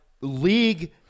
league